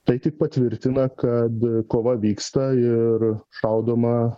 tai tik patvirtina kad kova vyksta ir šaudoma